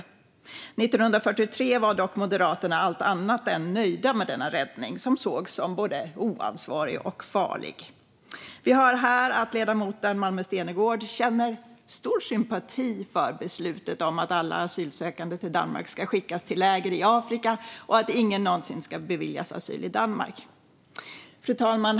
År 1943 var dock Moderaterna allt annat än nöjda med denna räddning, som sågs som både oansvarig och farlig. Vi hör här att ledamoten Malmer Stenergard känner stor sympati för beslutet om att alla asylsökande i Danmark ska skickas till läger i Afrika och att ingen någonsin ska beviljas asyl i Danmark. Fru talman!